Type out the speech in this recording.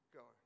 go